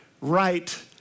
right